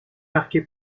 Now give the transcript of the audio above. marquée